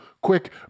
quick